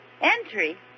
Entry